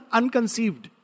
unconceived